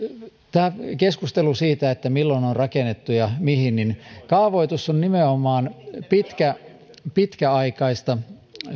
keskustelu siitä milloin on rakennettu ja mihin kaavoitus on nimenomaan pitkäaikaista